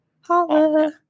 holla